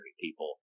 people